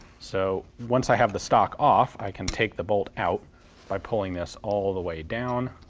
so once i have the stock off i can take the bolt out by pulling this all the way down